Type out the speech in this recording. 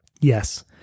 Yes